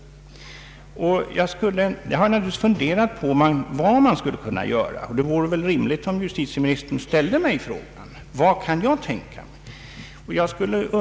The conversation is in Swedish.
Jag har naturligtvis funderat på vad man skulle kunna göra, och det vore rimligt om justitieministern frågade mig vad jag kan tänka mig för åtgärder.